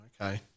Okay